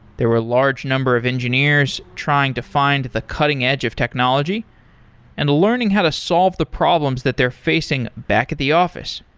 there were a large number of engineers trying to find the cutting-edge of technology in and learning how to solve the problems that they're facing back at the office.